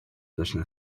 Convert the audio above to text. должны